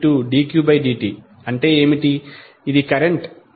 dqdt అంటే ఏమిటి ఇది కరెంట్ i